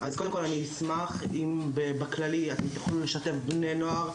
תוכלו לשתף בני נוער,